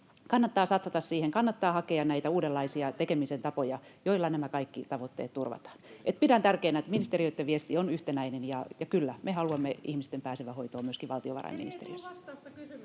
kannattaa satsata siihen ja kannattaa hakea uudenlaisia tekemisen tapoja, joilla nämä kaikki tavoitteet turvataan. Eli pidän tärkeänä, että ministeriöitten viesti on yhtenäinen, ja kyllä, myöskin valtiovarainministeriössä